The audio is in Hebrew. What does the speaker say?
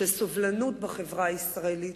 של סובלנות בחברה הישראלית.